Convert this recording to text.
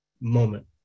moment